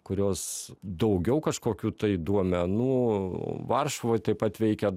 kurios daugiau kažkokių tai duomenų varšuvoj taip pat veikė